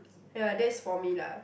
ya that's for me lah